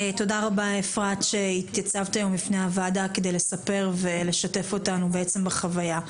תודה רבה אפרת שהתייצבת היום לפני הוועדה כדי לספר ולשתף אותנו בחוויה.